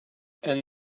and